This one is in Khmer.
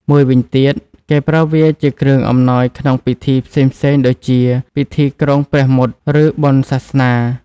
មួយវិញទៀត គេប្រើវាជាគ្រឿងអំណោយក្នុងពិធីផ្សេងៗ ដូចជា ពិធីគ្រងព្រះមុត្រ ឬបុណ្យសាសនា។